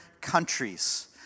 countries